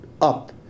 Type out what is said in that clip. up